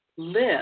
live